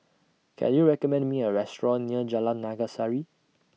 Can YOU recommend Me A Restaurant near Jalan Naga Sari